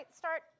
start